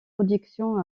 productions